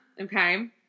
Okay